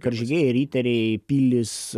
karžygiai riteriai pilys